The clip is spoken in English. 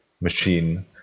machine